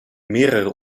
mehrere